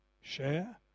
share